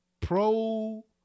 pro